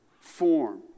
form